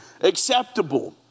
acceptable